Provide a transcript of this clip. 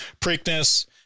Preakness